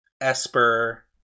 Esper